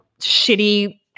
shitty